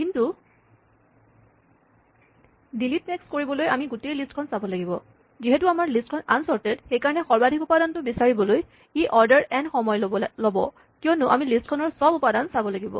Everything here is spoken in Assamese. কিন্তু ডিলিট মেক্স কৰিবলৈ আমি গোটেই লিষ্টখন চাব লাগিব যিহেতু আমাৰ লিষ্টখন আনচৰ্টেড সেইকাৰণে সৰ্বাধিক উপাদানটো বিচাৰিবলৈ ই অৰ্ডাৰ এন সময় ল'ব কিয়নো আমি লিষ্টখনৰ চব উপাদান চাব লাগিব